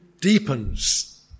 deepens